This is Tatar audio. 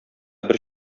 бер